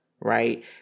right